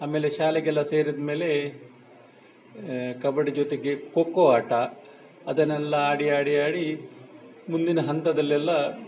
ಆಮೇಲೆ ಶಾಲೆಗೆಲ್ಲ ಸೇರಿದಮೇಲೆ ಕಬಡ್ಡಿ ಜೊತೆಗೆ ಖೋಖೋ ಆಟ ಅದನ್ನೆಲ್ಲ ಆಡಿ ಆಡಿ ಆಡಿ ಮುಂದಿನ ಹಂತದಲ್ಲೆಲ್ಲ